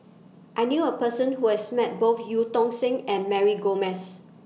I knew A Person Who has Met Both EU Tong Sen and Mary Gomes